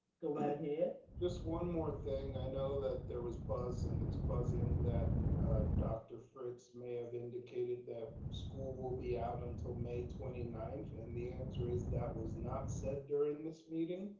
go right ahead. just one more thing. i know that there was buzz and it's buzzing that dr. fritz may have indicated that school will be out until may twenty ninth and the answer is that was not said during this meeting.